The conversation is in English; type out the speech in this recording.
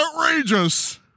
outrageous